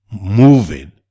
Moving